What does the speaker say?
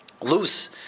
loose